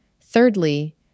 Thirdly